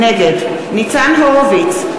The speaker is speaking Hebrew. נגד ניצן הורוביץ,